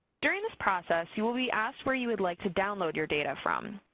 during this process, you will be asked where you would like to download your data from.